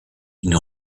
une